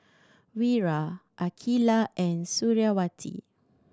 Wira Aqilah and Suriawati